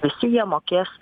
visi jie mokės